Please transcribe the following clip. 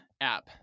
app